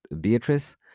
Beatrice